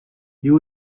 you